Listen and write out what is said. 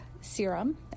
SERUM